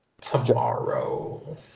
tomorrow